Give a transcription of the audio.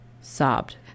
sobbed